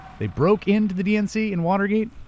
they broke in to the dnc in watergate.